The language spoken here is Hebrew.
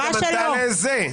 היא גם ענתה לזה,